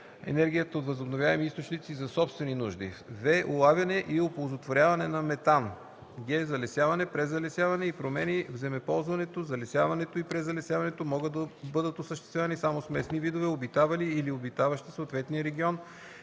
енергията от възобновяеми източници за собствени нужди; в) улавяне и оползотворяване на метан; г) залесяване, презалесяване и промени в земеползването; залесяването и презалесяването могат да бъдат осъществявани само с местни видове, обитавали или обитаващи съответния регион